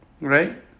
Right